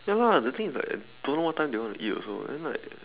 ya lah the thing is like I don't know what time they want eat also then like